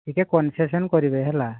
ଟିକେ କନ୍ସେସନ୍ କରିବେ ହେଲା